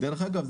דרך אגב,